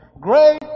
Great